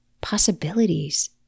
Possibilities